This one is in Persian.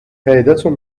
پیداتون